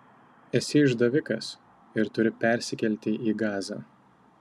esi išdavikas ir turi persikelti į gazą